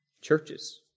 Churches